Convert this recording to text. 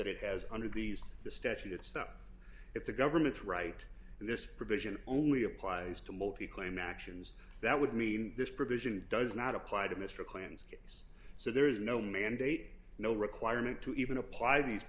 that it has under these the statute and stop if the government's right and this provision only applies to multi claim actions that would mean this provision does not apply to mr clinton's case so there is no mandate no requirement to even apply these